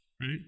right